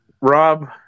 Rob